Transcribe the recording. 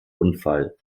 unfall